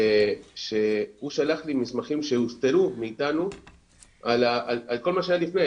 שהוא שלח לי מסמכים שהוסתרו מאיתנו על כל מה שהיה לפני,